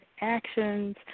actions